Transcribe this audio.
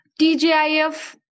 TJIF